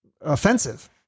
offensive